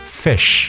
fish